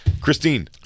Christine